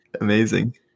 Amazing